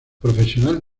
profesional